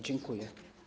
Dziękuję.